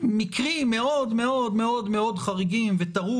מקרים מאוד מאוד מאוד מאוד חריגים ותראו